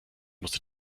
musste